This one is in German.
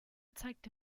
zeigte